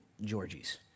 Georgie's